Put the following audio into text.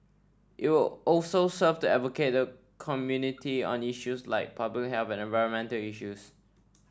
it will also serve to advocate the community on issues like public health and environmental issues